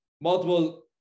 multiple